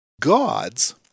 gods